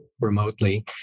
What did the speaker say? remotely